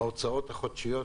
ההוצאות החודשיות